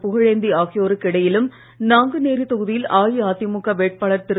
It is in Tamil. புகழேந்தி ஆகியோருக்கு இடையிலும் நாங்குநேரி தொகுதியில் அஇஅதிமுக வேட்பாளர் திரு